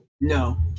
No